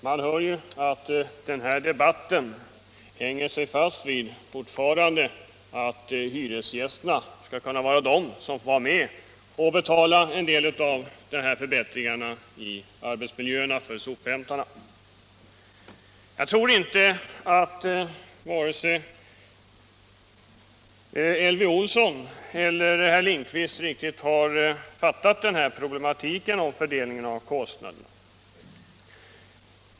Herr talman! Den här debatten hänger sig fortfarande fast vid att hyresgästerna skall vara med om att betala en del av kostnaderna för de Jag tror inte att vare sig Elvy Olsson eller herr Lindkvist riktigt har fattat problematiken med fördelningen av kostnaderna.